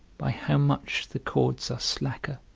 by how much the cords are slacker